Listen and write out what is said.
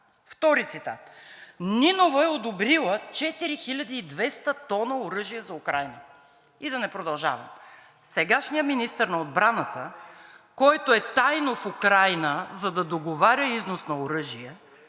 Втори цитат: „Нинова е одобрила 4200 т оръжие за Украйна...“ и да не продължавам. Сегашният министър на отбраната, който е тайно в Украйна, за да договаря износ на оръжие